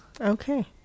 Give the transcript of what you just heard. Okay